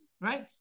right